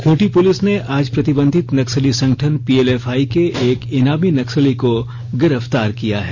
Khunti police ने आज प्रतिबंधित नक्सली संगठन पीएलएफआई के एक इनामी नक्सली को गिरफ्तार किया है